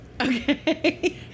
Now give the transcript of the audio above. okay